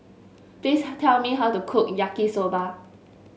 please tell me how to cook Yaki Soba